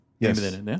Yes